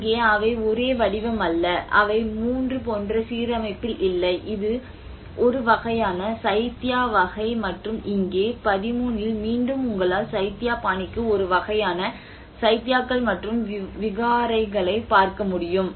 அங்கே அவை ஒரே வடிவம் அல்ல அவை 3 போன்ற சீரமைப்பில் இல்லை இது ஒரு வகையான சைத்யா வகை மற்றும் இங்கே 13 இல் மீண்டும் உங்களால் சைத்யா பாணிக்கு ஒரு வகையான சைத்யாக்கள் மற்றும் விகாரைகளைப் பார்க்க முடியும்